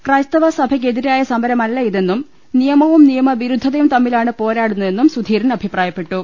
ക്രൈസ്തവ സഭയ്ക്കെതിരായ സമരമല്ല ഇതെന്നും നിയമവും നിയമവിരുദ്ധതയും തമ്മിലാണ് പോരാടുന്നതെന്ന് സുധീരൻ അഭിപ്രായപ്പെട്ടു